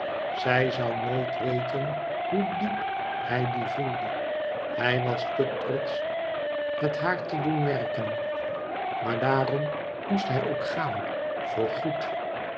zij zou nooit weten hoe diep hij die voelde hij waste trotsch het haar te doen merken maar daarom moesthij ook gaan voor goed